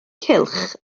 cylch